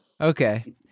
Okay